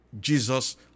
Jesus